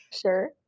Sure